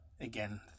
again